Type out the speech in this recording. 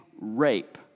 rape